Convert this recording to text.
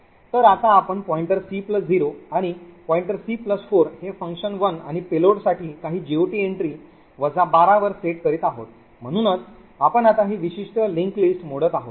तर आता आपण c0 आणि c4 हे fun1 आणि payload साठी काही GOT entry वजा 12 वर सेट करीत आहोत म्हणूनच आपण आता ही विशिष्ट link list मोडत आहोत